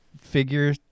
figure